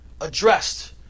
Addressed